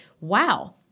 wow